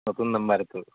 নতুন নম্বাৰ এইটো